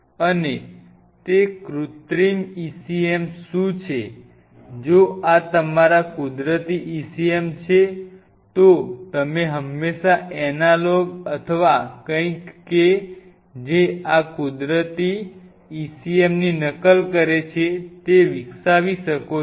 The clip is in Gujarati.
અને તે કૃત્રિમ ECM શું છે જો આ તમારા કુદરતી ECM છે તો તમે હંમેશા એનાલોગ અથવા કંઈક કે જે આ કુદરતી ECM ની નકલ કરે છે તે વિકસાવી શકો છો